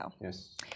Yes